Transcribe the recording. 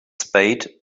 spade